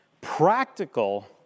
practical